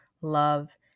love